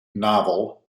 novel